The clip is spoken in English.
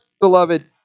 beloved